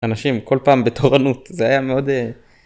אנשים כל פעם בתורנות זה היה מאוד.